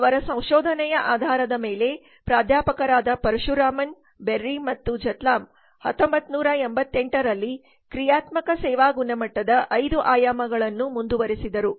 ಅವರ ಸಂಶೋಧನೆಯ ಆಧಾರದ ಮೇಲೆ ಪ್ರಾಧ್ಯಾಪಕರಾದ ಪರಶುರಾಮನ್ ಬೆರ್ರಿ ಮತ್ತು ಝೆಥಾಮ್ಲ್ 1988 ರಲ್ಲಿ ಕ್ರಿಯಾತ್ಮಕ ಸೇವಾ ಗುಣಮಟ್ಟದ 5 ಆಯಾಮಗಳನ್ನು ಮುಂದುವರೆಸಿದರು